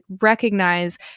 recognize